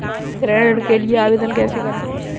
गृह ऋण के लिए आवेदन कैसे करें?